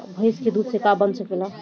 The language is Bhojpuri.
भइस के दूध से का का बन सकेला?